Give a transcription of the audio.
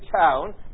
town